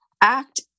act